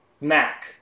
Mac